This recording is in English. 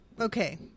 okay